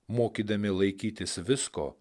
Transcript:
mokydami laikytis visko